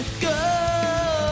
go